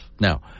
Now